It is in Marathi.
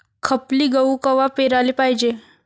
खपली गहू कवा पेराले पायजे?